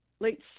late